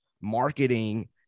marketing